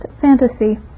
fantasy